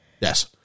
Yes